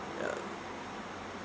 ya